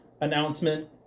announcement